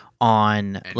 on